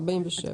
תקנה 47, בבקשה.